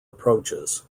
approaches